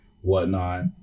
whatnot